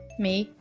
me,